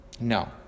No